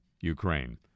Ukraine